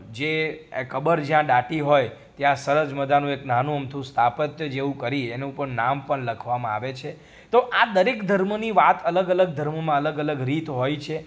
જે એ કબ્ર જ્યાં દાટી હોય ત્યાં સરસ મજાનું એક નાનું અમથું સ્થાપત્ય જેવું કરી એની ઉપર નામ પણ લખવામાં આવે છે તો આ દરેક ધર્મની વાત અલગ અલગ ધર્મોમાં અલગ અલગ રીત હોય છે